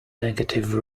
negative